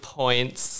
points